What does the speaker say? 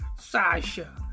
Sasha